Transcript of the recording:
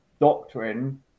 doctrine